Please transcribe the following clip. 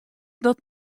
dat